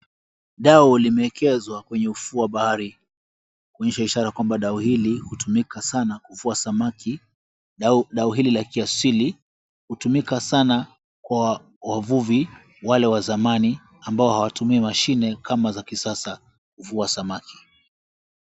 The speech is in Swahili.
Dau limeekezwa kwenye ufuo wa bahari kuonyesha ishara ya kwamba dau hili hutumika sana kuvua samaki. Dau hili la kiasili hutumika sana kwa wavuvi wale wa zamami ambao hawatumii mashine kama za kisasa kuvua samaki.